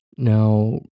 Now